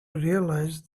realize